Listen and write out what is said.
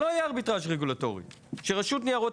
שלא יהיה ארביטראז' רגולטורי; שרשות ניירות